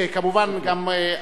כמובן גם,